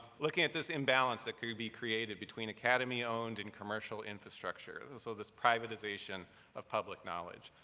looking at this imbalance that could be created between academy-owned and commercial infrastructure, and so this privatization of public knowledge.